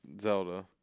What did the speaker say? Zelda